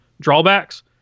drawbacks